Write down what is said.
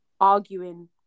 arguing